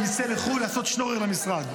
נצא לחו"ל לעשות שנור למשרד.